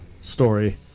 story